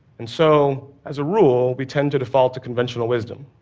and so as a rule, we tend to default to conventional wisdom.